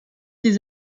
des